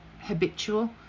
habitual